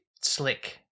slick